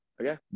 Okay